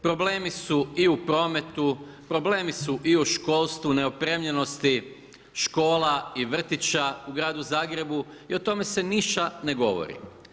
Problemi su i u prometu, problemi su i u školstvu, neopremljenosti škola i vrtića u gradu Zagrebu i o tome se ništa ne govori.